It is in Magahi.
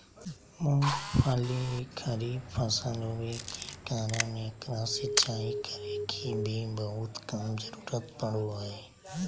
मूंगफली खरीफ फसल होबे कारण एकरा सिंचाई करे के भी बहुत कम जरूरत पड़ो हइ